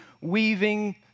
weaving